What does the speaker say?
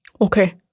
Okay